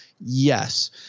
yes